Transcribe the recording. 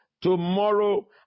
tomorrow